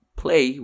play